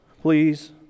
Please